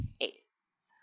Ace